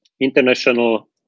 international